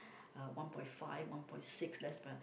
uh one point five one point six less per